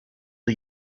are